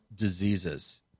diseases